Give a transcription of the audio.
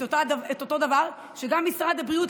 את אותו דבר שגם משרד הבריאות,